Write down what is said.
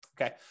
Okay